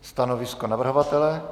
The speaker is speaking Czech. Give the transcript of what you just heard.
Stanovisko navrhovatele?